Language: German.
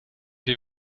wie